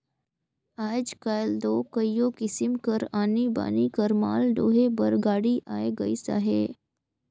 आएज काएल दो कइयो किसिम कर आनी बानी कर माल डोहे बर गाड़ी आए गइस अहे